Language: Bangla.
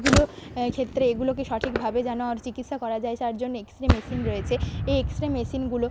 এগুলোর ক্ষেত্রে এগুলোকে সঠিকভাবে যেন আর চিকিৎসা করা যায় তার জন্য এক্স রে মেশিন রয়েছে এই এক্স রে মেশিনগুলো